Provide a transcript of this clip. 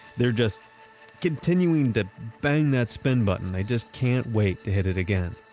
they're just continuing to bang that spin button. they just cannot wait to hit it again.